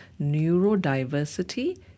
neurodiversity